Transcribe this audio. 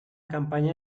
campaña